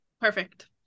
Perfect